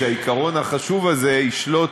שהעיקרון החשוב הזה ישלוט,